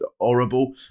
horrible